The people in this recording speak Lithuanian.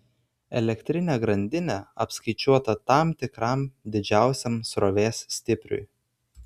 elektrinė grandinė apskaičiuota tam tikram didžiausiam srovės stipriui